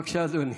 בבקשה, אדוני.